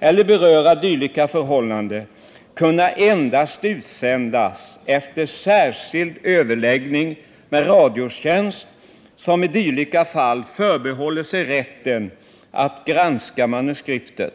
eller beröra dylika förhållanden, kunna endast utsändas efter särskild överläggning med Radiotjänst, som i dylika fall förbehåller sig rätten att granska manuskriptet.